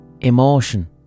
Emotion